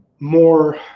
more